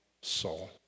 soul